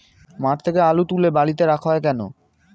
মাঠ থেকে আলু তুলে বালিতে রাখা হয় কেন?